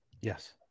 Yes